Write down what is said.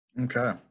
Okay